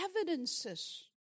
evidences